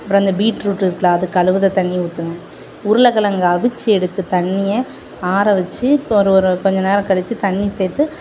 அப்புறம் இந்த பீட்ரூட்டு இருக்குதுல்ல அது கழுவுகிற தண்ணியை ஊற்றுவேன் உருளன் ன் கிழங்கு அவித்து எடுத்த தண்ணியை ஆரவச்சு இப்போ ஒரு ஒரு கொஞ்சம் நேரம் கழித்து தண்ணி சேர்த்து